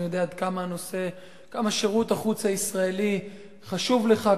אני יודע עד כמה שירות החוץ הישראלי חשוב לך,